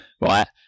right